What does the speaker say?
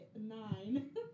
nine